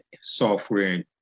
software